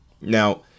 now